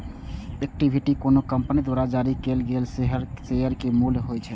equity कोनो company द्वारा जारी कैल गेल शेयर के मूल्य होइ छै